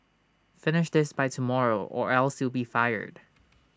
finish this by tomorrow or else you be fired